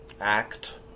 act